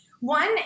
One